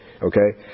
Okay